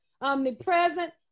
omnipresent